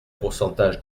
pourcentage